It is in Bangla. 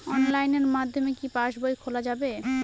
অনলাইনের মাধ্যমে কি পাসবই খোলা যাবে?